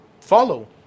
follow